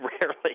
rarely